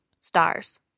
stars